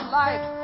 life